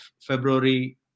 February